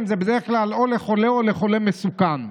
זה בדרך כלל או לחולה או לחולה מסוכן,